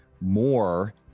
more